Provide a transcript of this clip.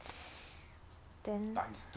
then